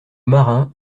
marins